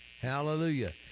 hallelujah